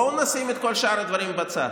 בואו נשים את כל שאר הדברים בצד,